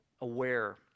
aware